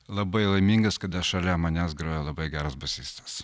labai laimingas kada šalia manęs groja labai geras bosistas